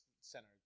center